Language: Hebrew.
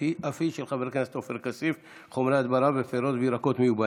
אף היא של חבר הכנסת עופר כסיף: חומרי הדברה בפירות וירקות מיובאים.